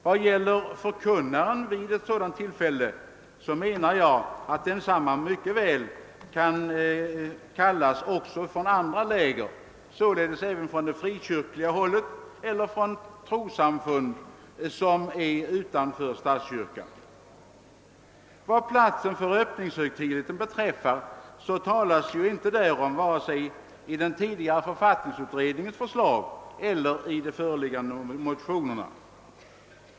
Vad gäller förkunnaren vid ett sådant tillfälle menar jag att densamme mycket väl kan kallas också från andra läger, således även från det frikyrkliga hållet eller från trossamfund som står utanför statskyrkan. Om platsen för öppningshögtidligheten talas det inte vare sig i den tidigare författningsutredningens förslag eller i de föreliggande motionerna.